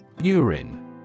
Urine